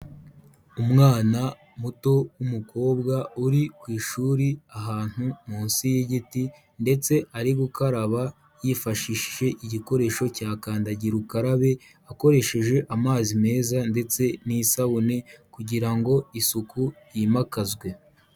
Umwana muto w'umukobwa uri ku ishuri ahantu munsi y'igiti ndetse ari gukaraba yifashishije igikoresho cya kandagira ukarabe, akoresheje amazi meza ndetse n'isabune kugira ngo isuku yimakazwe.